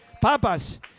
papas